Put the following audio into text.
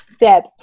Deb